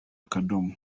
akadomo